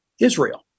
Israel